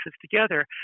together